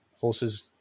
horses